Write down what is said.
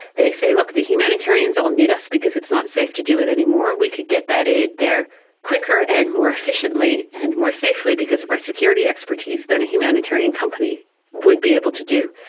they say, look, the humanitarians all need us because it's not safe to do it anymore. we could get that aid there quicker and more efficiently and more safely because of our security expertise than a humanitarian company would be able to do.